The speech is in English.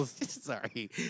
sorry